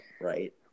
right